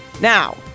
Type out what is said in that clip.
Now